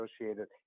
associated